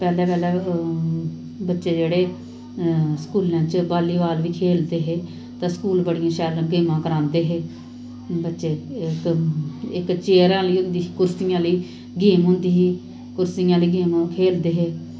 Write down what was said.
पैह्लैं पैह्लैं बच्चे जेह्ड़े स्कूलैं च बाल्ली बाल बी खेलदे हे ते स्कूल बड़ियां शैल गेमां करांदे हे बच्चे इक चैरें आह्ली होंदी ही कुर्सियें आह्ली गेम होंदी ही कुर्सिंयें आह्ली गेम खेलदे हे